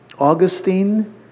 Augustine